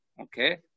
Okay